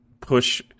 push